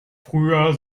früher